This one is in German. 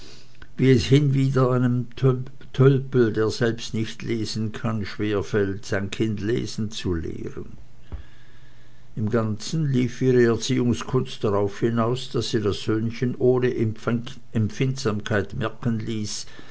wie es hinwieder einem tölpel der selbst nicht lesen kann schwerfällt ein kind lesen zu lehren im ganzen lief ihre erziehungskunst darauf hinaus daß sie das söhnchen ohne empfindsamkeit merken ließ